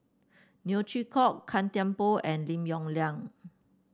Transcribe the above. Neo Chwee Kok Gan Thiam Poh and Lim Yong Liang